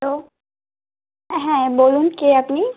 hello হ্যাঁ বলুন কে আপনি